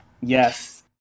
Yes